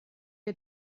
ihr